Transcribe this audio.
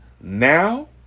now